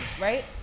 right